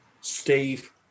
Steve